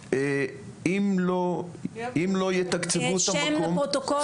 אם לא יתקצבו את המקום --- שם ותפקיד לפרוטוקול.